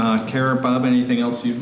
and care about anything else you